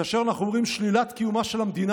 כאשר אנחנו אומרים 'שלילת קיומה של המדינה